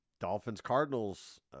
Dolphins-Cardinals